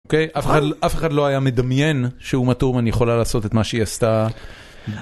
אוקיי? אף אחד לא היה מדמיין שאומה ת'ורמן יכולה לעשות את מה שהיא עשתה.